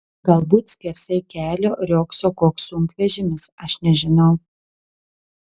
galbūt skersai kelio riogso koks sunkvežimis aš nežinau